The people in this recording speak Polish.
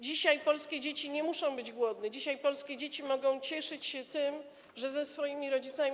Dzisiaj polskie dzieci nie muszą być głodne, dzisiaj polskie dzieci mogą cieszyć się tym, że ze swoimi rodzicami.